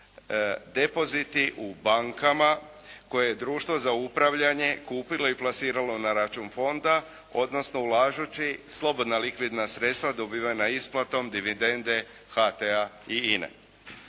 depoziti u bankama koje je Društvo za upravljanje kupilo i plasiralo na račun Fonda, odnosno ulažuči slobodna likvidna sredstva dobivena isplatom dividende HT-a i INE.